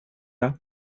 jag